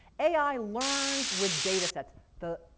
ai learns with data sets. the